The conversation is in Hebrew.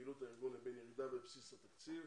בפעילות הארגון ובין הירידה בבסיס התקציב.